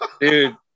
Dude